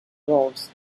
wolves